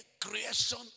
creation